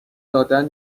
دادن